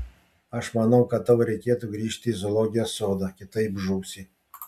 aš manau kad tau reikėtų grįžti į zoologijos sodą kitaip žūsi